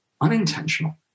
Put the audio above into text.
unintentional